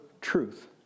truth